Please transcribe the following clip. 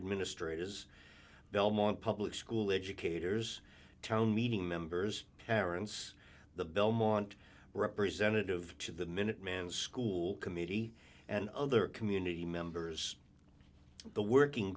administrators belmont public school educators town meeting members parents the belmont representative of the minuteman school committee and other community members the working